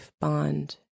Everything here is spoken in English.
bond